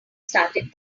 started